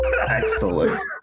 excellent